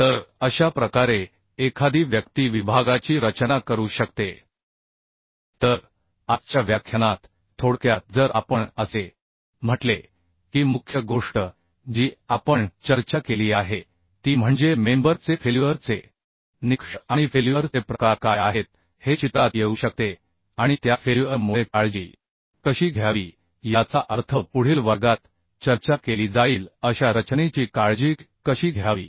तर अशा प्रकारे एखादी व्यक्ती विभागाची रचना करू शकते तर आजच्या व्याख्यानात थोडक्यात जर आपण असे म्हटले की मुख्य गोष्ट जी आपण चर्चा केली आहे ती म्हणजे मेंबर चे फेल्युअर चे निकष आणि फेल्युअर चे प्रकार काय आहेत हे चित्रात येऊ शकते आणि त्या फेल्युअर मुळे काळजी कशी घ्यावी याचा अर्थ पुढील वर्गात चर्चा केली जाईल अशा रचनेची काळजी कशी घ्यावी